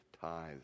tithes